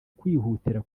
kwihutira